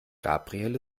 gabriel